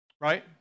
right